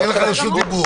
אין לך רשות דיבור.